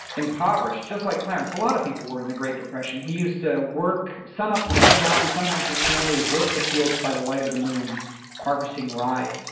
impoverished, just like clarence. a lot of people were in the great depression. he used to work sunup to sundown, and sometimes his family would work the fields by the light of the moon harvesting rye.